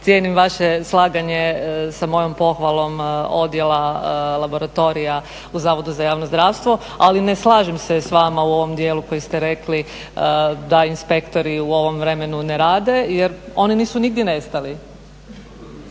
cijenim vaše slaganje sa mojom pohvalom odjela laboratorija u Zavodu za javno zdravstvo, ali ne slažem se s vama u ovom dijelu koji ste rekli da inspektori u ovom vremenu ne rade jer oni nisu nigdje nestali.